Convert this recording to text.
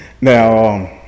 Now